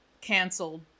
canceled